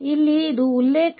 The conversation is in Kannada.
ಇಲ್ಲಿ ಇದು ಉಲ್ಲೇಖದ ನೋಡ್ ಆಗಿದೆ